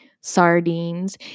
sardines